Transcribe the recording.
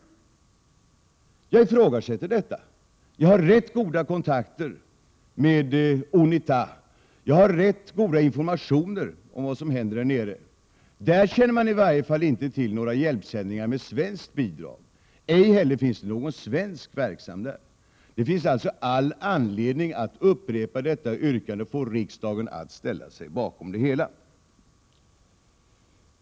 Jag ifrågasätter detta. Jag har rätt goda kontakter med UNITA, och jag har rätt god information om vad som händer där nere — där känner man i varje fall inte till några hjälpsändningar med svenskt bidrag. Ej heller finns det någon svensk verksam där. Det finns alltså all anledning att upprepa detta yrkande och få riksdagen att ställa sig bakom det.